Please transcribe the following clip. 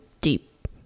deep